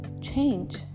change